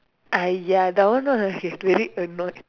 !aiyo! that one all I get very annoyed